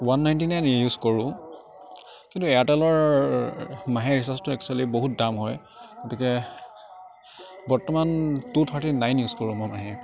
one ninety nine use কৰোঁ কিন্তু এয়াৰটেলৰ মাহে ৰিচাৰ্জটো একচুৱেলী বহুত দাম হয় গতিকে বৰ্তমান টু থাৰ্টি নাইন ইউজ কৰোঁ মই মাহে